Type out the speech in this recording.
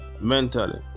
mentally